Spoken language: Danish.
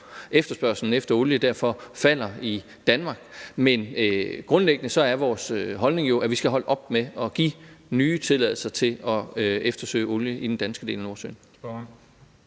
efterspørgslen efter olie derfor falder i Danmark. Men grundlæggende er vores holdning jo, at vi skal holde op med at give nye tilladelser til at eftersøge olie i den danske del af Nordsøen.